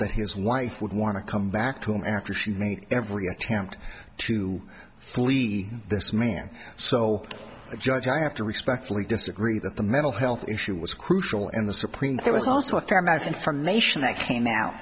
that his wife would want to come back to him after she made every attempt to flee this man so judge i have to respectfully disagree that the mental health issue was crucial in the supreme there was also a fair amount of information that came out